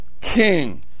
king